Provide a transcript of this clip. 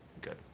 good